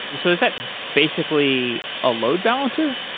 and so is that basically a load balancer?